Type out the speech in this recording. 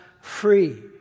free